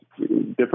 different